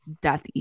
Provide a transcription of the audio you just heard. death